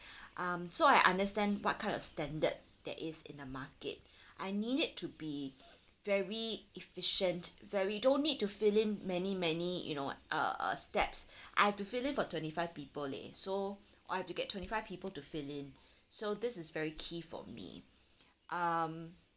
um so I understand what kind of standard that is in the market I need it to be very efficient very don't need to fill in many many you know uh steps I have to fill in for twenty five people leh so I have to get twenty five people to fill in so this is very key for me um